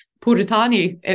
Puritani